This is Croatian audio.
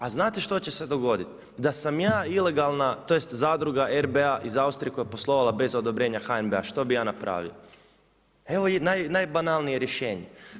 A znate što će se dogoditi, da sam ja ilegalna tj. zadruga RBA koja je poslovala bez odobrenja HNB-a što bi ja napravio, evo najbanalnije rješenje.